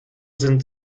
sind